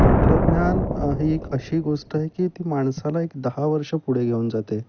तंत्रज्ञान ही एक अशी गोष्ट आहे की ती माणसाला एक दहा वर्ष पुढे घेऊन जाते